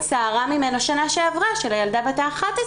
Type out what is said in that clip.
סערה ממנו בשנה שעברה של הילדה בת ה-11